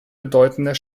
bedeutender